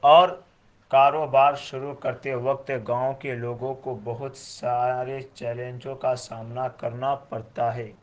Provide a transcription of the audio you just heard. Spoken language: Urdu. اور کاروبار شروع کرتے وقت گاؤں کے لوگوں کو بہت سارے چیلنجوں کا سامنا کرنا پڑتا ہے